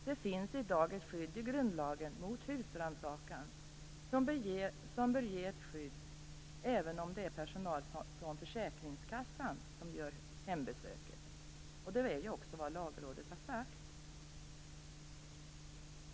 Det finns i dag ett skydd i grundlagen mot husrannsakan som bör ge ett skydd även om det är personal från försäkringskassan som gör hembesöket. Det är också vad Lagrådet har sagt.